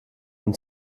dem